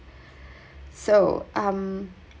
so um